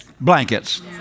blankets